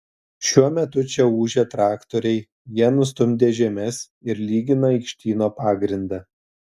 šiuo metu čia ūžia traktoriai jie nustumdė žemes ir lygina aikštyno pagrindą